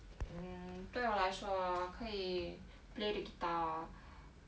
mm 对我来说 orh 可以 play the guitar orh